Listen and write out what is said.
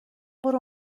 برو